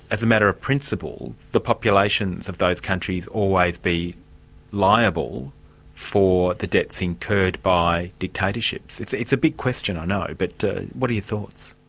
as a matter of principle, the populations of those countries always be liable for the debts incurred by dictatorships? it's it's a big question, i know, but what are your thoughts?